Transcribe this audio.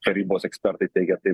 tarybos ekspertai teigia taip